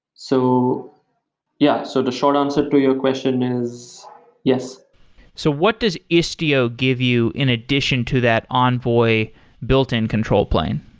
so yeah, so the short answer to your question is yes so what does istio give you in addition to that envoy built-in control plane?